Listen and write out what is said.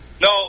No